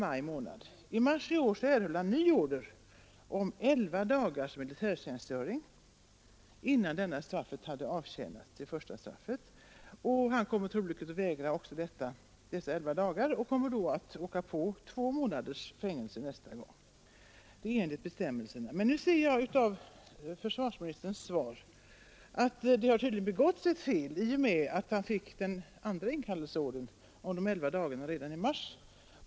I mars i år erhöll han ny order om elva dagars militärtjänstgöring — innan det första straffet hade avtjänats. Han kommer troligen också att vägra att fullgöra dessa elva dagars tjänstgöring och åker då på två månaders fängelsestraff nästa gång. Det är enligt bestämmelserna. Men nu förstår jag av försvarsministerns svar att det tydligen har begåtts ett fel i och med att han fick den andra inkallelseordern om de elva dagarna redan i mars.